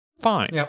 Fine